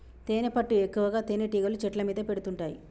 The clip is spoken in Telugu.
తేనెపట్టు ఎక్కువగా తేనెటీగలు చెట్ల మీద పెడుతుంటాయి